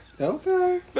Okay